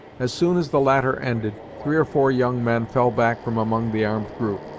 as soon as the latter ended, three or four young men fell back from among the armed group,